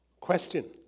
Question